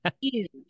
huge